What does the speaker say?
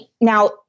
Now